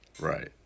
Right